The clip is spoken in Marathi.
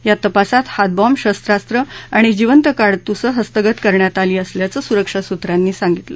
या तपासात हातबॉम्ब शस्त्रास्त्र आणि जिवंत काडतूस हस्तगत करण्यात आली असल्याचं सुरक्षा सूत्रांनी सांगितलं